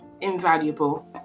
invaluable